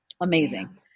amazing